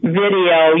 video